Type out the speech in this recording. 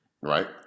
Right